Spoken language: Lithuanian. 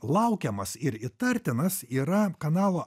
laukiamas ir įtartinas yra kanalo